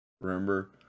Remember